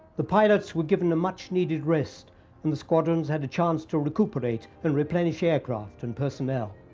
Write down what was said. the pilots were given a much-needed rest and the squadrons had a chance to recuperate and replenish aircraft and personnel.